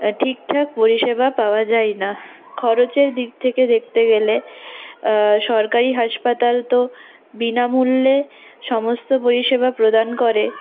ঠিকঠাক পরিষেবা পাওয়া যায় না খরচের দিক থেকে দেখতে গেলে সরকারি হাসপাতাল তো বিনামূল্যে সমস্ত পরিষেবা প্রদান করে